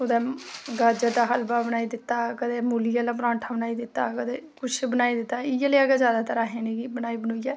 कुदै गाजर दा हलवा बनाई दित्ता कदें मूली आह्ला परांठा बनाई दित्ता कदें कुछ बनाई दित्ता इयै नेआं गै जादैतर असें इनेंगी बनाइयै